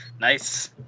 Nice